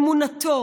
אמונתו,